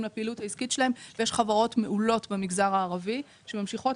לפעילות העסקית שלהם ויש חברות מעולות במגזר הערבי שממשיכות